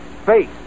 FACE